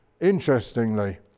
interestingly